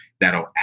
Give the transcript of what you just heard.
that'll